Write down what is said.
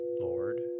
Lord